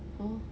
!huh!